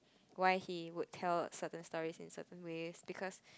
why he would tell certain stories in certain ways because